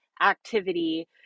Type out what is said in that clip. activity